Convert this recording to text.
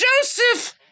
Joseph